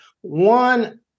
One